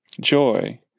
joy